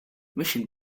mission